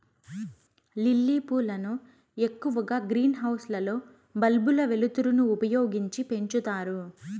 lily పూలను ఎక్కువగా greenhouse లలో బల్బుల వెలుతురును ఉపయోగించి పెంచుతారు